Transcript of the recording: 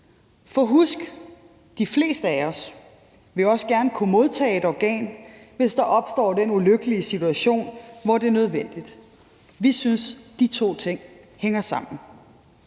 For husk, at de fleste af os også gerne vil kunne modtage et organ, hvis der opstår den ulykkelige situation, hvor det er nødvendigt. Vi synes, at de to ting hænger sammen.